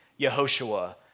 Yehoshua